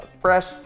fresh